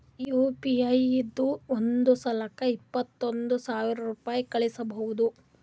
you P I ಇಂದ ಒಂದ್ ಸಲಕ್ಕ ಇಪ್ಪತ್ತೈದು ಸಾವಿರ ರುಪಾಯಿ ಕಳುಸ್ಬೋದು